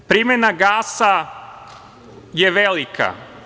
Primena gasa je velika.